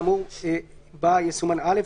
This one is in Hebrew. האמור בה יסומן (א),